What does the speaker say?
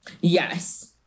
Yes